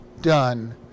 done